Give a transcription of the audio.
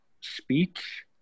speech